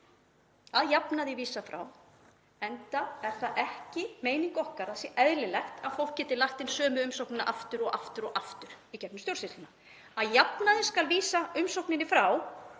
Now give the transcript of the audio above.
að jafnaði vísað frá, enda er það ekki meining okkar að það sé eðlilegt að fólk geti lagt inn sömu umsóknina aftur og aftur í gegnum stjórnsýsluna. Að jafnaði skal vísa umsókninni frá